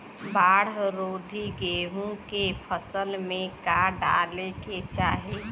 बाढ़ रोधी गेहूँ के फसल में का डाले के चाही?